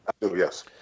Yes